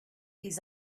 his